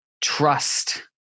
Trust